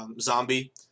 Zombie